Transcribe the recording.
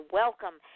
welcome